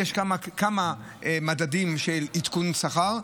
יש כמה מדדים של עדכון שכר,